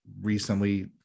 recently